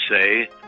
say